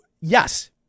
yes